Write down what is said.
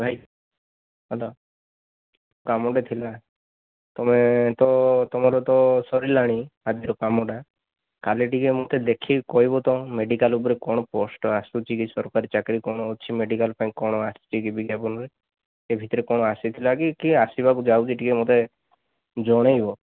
ଭାଇ ହ୍ୟାଲୋ କାମଟେ ଥିଲା ତମେ ତ ତମର ତ ସରିଲାଣି ଆଜିର କାମଟା କାଲି ଟିକିଏ ମୋତେ ଦେଖିକି କହିବ ତ ମେଡ଼ିକାଲ ଉପରେ କଣ ପୋଷ୍ଟ ଆସୁଛି କି ସରକାରୀ ଚାକିରୀ କଣ ଅଛି ମେଡ଼ିକାଲ ପାଇଁ କଣ ଆସିଛି କି ବିଜ୍ଞାପନରେ ଏ ଭିତରେ କଣ ଆସିଥିଲା କି କି ଆସିବାକୁ ଯାଉଛି ଟିକିଏ ମୋତେ ଜଣେଇବ